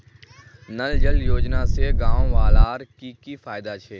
नल जल योजना से गाँव वालार की की फायदा छे?